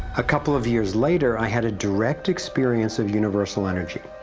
a couple of years later i had a direct experience of universal energy.